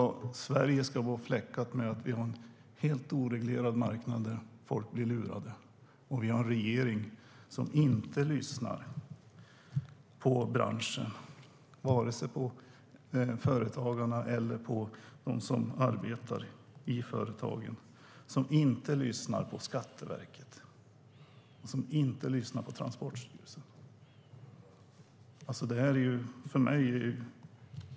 Att Sverige ska vara fläckat av att vi har en helt oreglerad marknad där folk blir lurade och att vi har en regering som inte lyssnar på branschen, vare sig på företagarna eller på dem som arbetar i företagen, som inte lyssnar på Skatteverket och som inte lyssnar på Transportstyrelsen är lite obegripligt för mig.